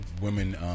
women